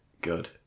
Good